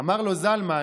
אמר לו זלמן: